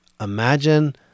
imagine